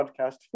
podcast